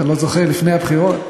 לפני הבחירות.